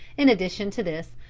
in addition to this,